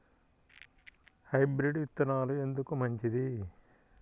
Hybrid విత్తనాలు ఎందుకు మంచిది?